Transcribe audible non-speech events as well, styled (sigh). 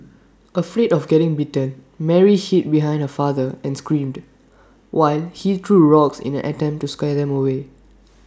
(noise) afraid of getting bitten Mary hid behind her father and screamed while he threw rocks in an attempt to scare them away